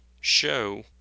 show